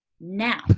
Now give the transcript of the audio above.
now